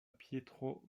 pietro